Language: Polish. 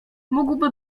mógłby